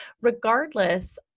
Regardless